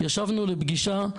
ישבנו לפגישה,